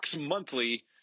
Monthly